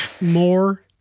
more